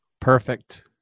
Perfect